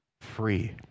free